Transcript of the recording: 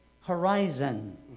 horizon